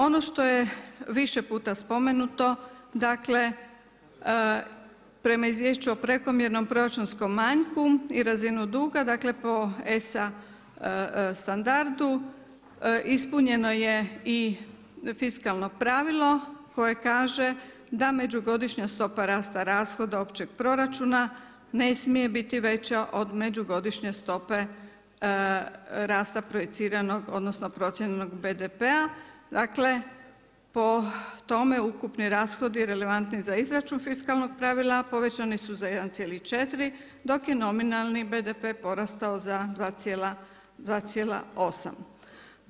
Ono što je više puta spomenuto prema izvješću o prekomjernom proračunskom manjku i razinu duga po ESA standardu ispunjeno je fiskalno pravilo koje kaže da međugodišnja stopa rasta rashoda općeg proračuna ne smije biti veća od međugodišnje stope rasta projiciranog odnosno procijenjenog BDP-a, dakle po tome ukupni rashodi relevantni za izračun fiskalnog pravila povećani su za 1,4 dok je nominalni BDP porastao za 2,8.